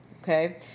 Okay